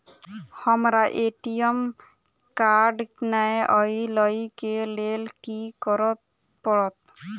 हमरा ATM card नै अई लई केँ लेल की करऽ पड़त?